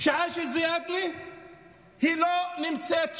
עאישה זיאדנה לא נמצאת שם.